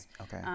okay